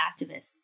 activists